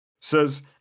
says